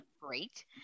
great